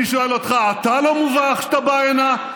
אני שואל אותך: אתה לא מובך כשאתה בא הנה?